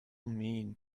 mean